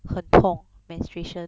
很痛 menstruation